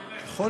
מכן.